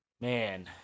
man